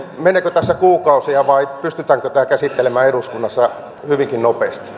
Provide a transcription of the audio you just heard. meneekö tässä kuukausia vai pystytäänkö tämä käsittelemään eduskunnassa hyvinkin nopeasti